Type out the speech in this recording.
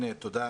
תודה,